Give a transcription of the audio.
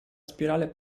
spirale